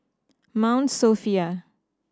Mount Sophia